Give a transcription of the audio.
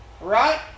Right